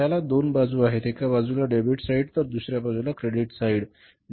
त्याला दोन बाजू असतात एका बाजूला डेबिट साइड म्हणतात तर दुसर्या बाजूला क्रेडिट साइड म्हणतात